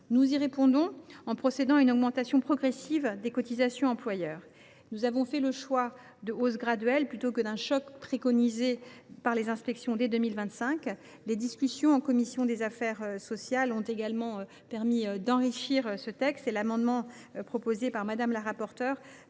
Nous y répondons en procédant à une augmentation progressive des cotisations des employeurs. Nous avons fait le choix de hausses graduelles, plutôt que du choc préconisé par les inspections dès 2025. Les discussions en commission des affaires sociales ont permis d’enrichir ce texte, et les dispositions de l’amendement déposé par Mme la rapporteure